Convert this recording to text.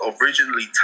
originally